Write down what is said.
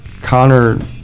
Connor